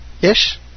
Ish